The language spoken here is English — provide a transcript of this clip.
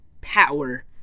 power